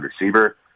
receiver